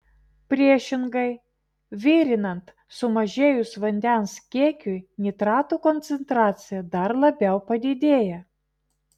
priešingai virinant sumažėjus vandens kiekiui nitratų koncentracija dar labiau padidėja